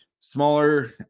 Smaller